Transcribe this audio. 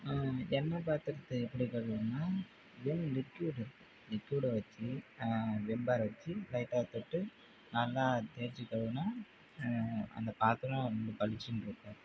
எண்ணெய் பாத்திரத்த எப்படி கழுவேன்னால் விம் லிக்யூடு லிக்யூடை வச்சு விம் பாரை வச்சு லைட்டாக தொட்டு நல்லா தேய்ச்சி கழுவினா அந்த பாத்திரம் வந்து பளிச்சுன்னு இருக்கும்